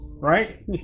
right